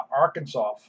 Arkansas